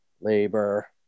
labor